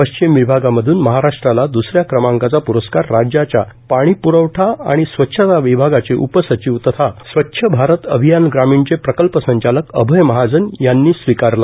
पश्चिम विभागामधून महाराष्ट्राला द्स या क्रमांकाचा प्रस्कार राज्याच्या पाणी प्रवठा आणि स्वच्छता विभागाचे उपसचिव तथा स्वच्छ भारत अभियान ग्रामीणचे प्रकल्प संचालक अभय महाजन यांनी स्वीकारला